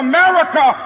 America